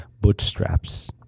bootstraps